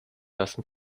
lassen